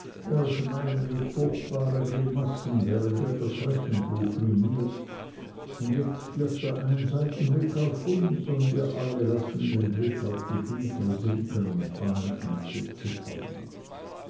schneidet furchtbare grimassen während er das rechenbuch liniert und jetzt wirft er einen seitenblick auf uns und wir alle lassen den blick auf die bücher sinken und fangen an zu zittern